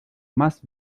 más